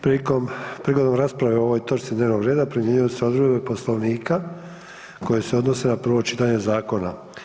Prigodom rasprave o ovoj točci dnevnog reda primjenjuju se odredbe Poslovnika koje se odnose na prvo čitanje zakona.